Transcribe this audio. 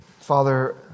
Father